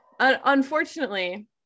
Unfortunately